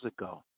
ago